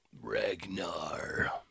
Ragnar